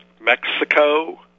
Mexico